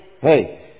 Hey